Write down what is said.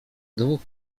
dwóch